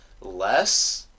less